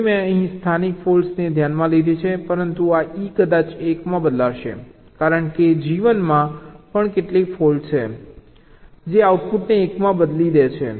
તેથી મેં અહીં સ્થાનિક ફોલ્ટને ધ્યાનમાં લીધી છે પરંતુ આ E કદાચ 1 માં બદલાશે કારણ કે G1 માં પણ કેટલીક ફોલ્ટ છે જે આઉટપુટને 1 માં બદલી દે છે